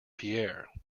pierre